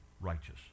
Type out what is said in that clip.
righteous